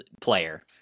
player